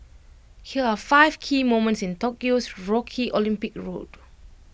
here are five key moments in Tokyo's rocky Olympic road